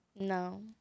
No